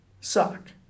suck